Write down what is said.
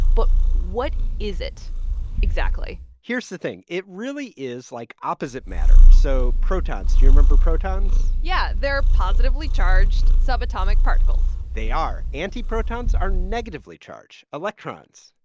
but what is it exactly? here's the thing. it really is like opposite matter. so protons do you remember protons? yeah, they're positively charged subatomic particles they are. antiprotons are negatively charged. electrons?